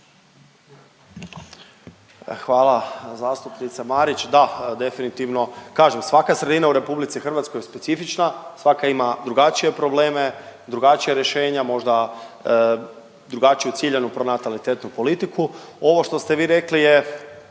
Hvala zastupnice Marić. Da, definitivno kažem svaka sredina u RH je specifična, svaka ima drugačije probleme, drugačija rješenja možda drugačiju ciljanu pronatalitetnu politiku. Ovo što ste vi rekli je